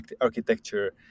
architecture